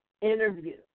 interview